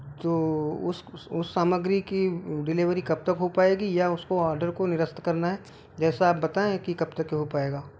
तो उस उस उस सामग्री की डिलिवरी कब तक हो पाएगी या उसको ओडर को निरस्त करना है जैसा आप बताएं कि कब तक हो पाएगा